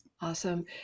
Awesome